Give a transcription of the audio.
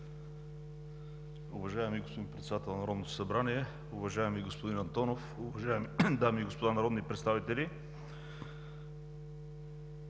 Уважаеми господин Председател на Народното събрание, уважаеми господин Антонов, уважаеми дами и господа народни представители.